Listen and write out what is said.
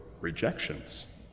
rejections